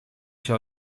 się